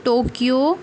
Tokyo